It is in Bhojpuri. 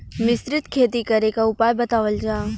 मिश्रित खेती करे क उपाय बतावल जा?